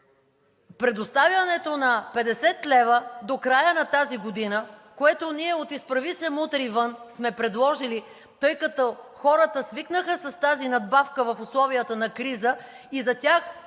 Предоставянето на 50 лв. до края на тази година, което ние от „Изправи се! Мутри вън!“ сме предложили, тъй като хората свикнаха с тази надбавка в условията на криза и за тях